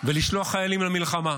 ולשלוח חיילים למלחמה.